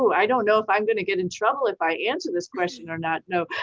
so i don't know if i'm gonna get in trouble if i answer this question or not. no,